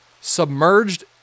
submerged